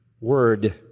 word